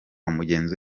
mugenzi